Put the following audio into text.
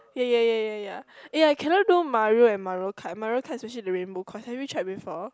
yeah yeah yeah yeah yeah eh I cannot do Mario and Mario-Kart Mario-Kart especially the rainbow course have you tried before